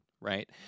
right